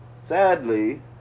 Sadly